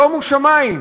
שומו שמים.